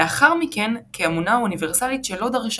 ולאחר מכן כאמונה אוניברסלית שלא דרשה